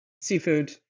seafood